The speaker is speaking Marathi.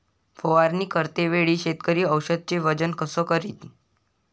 फवारणी करते वेळी शेतकरी औषधचे वजन कस करीन?